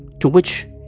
to which